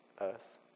earth